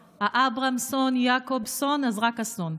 אברהמסון, יעקובסון, אז רק ה"סון".